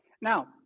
Now